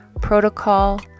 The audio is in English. protocol